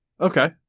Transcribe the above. Okay